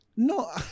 No